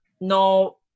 no